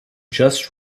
just